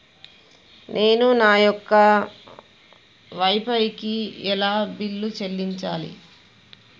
నేను నా యొక్క వై ఫై కి ఎలా బిల్లు చెల్లించాలి?